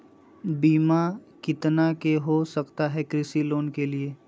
बीमा कितना के हो सकता है कृषि लोन के लिए?